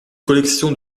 collections